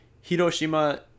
Hiroshima